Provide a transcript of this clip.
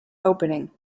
opening